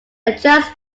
adjusts